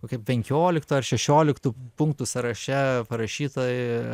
kokiu penkioliktu ar šešioliktu punktų sąraše parašytai